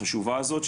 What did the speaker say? החשובה הזאת.